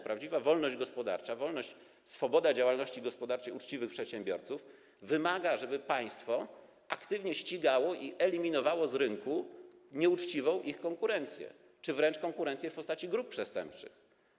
Prawdziwa wolność gospodarcza, wolność, swoboda działalności gospodarczej uczciwych przedsiębiorców wymaga, żeby państwo aktywnie ścigało i eliminowało z rynku nieuczciwą ich konkurencję czy wręcz konkurencję w postaci grup przestępczych.